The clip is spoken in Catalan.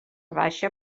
baixa